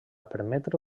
permetre